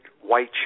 white